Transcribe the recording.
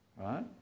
right